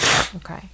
Okay